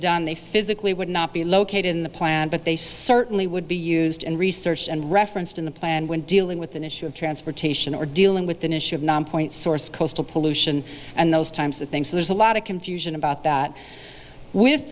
done they physically would not be located in the plant but they certainly would be used in research and referenced in the plan when dealing with an issue of transportation or dealing with an issue of non point source coastal pollution and those times that things there's a lot of confusion about that with